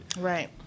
Right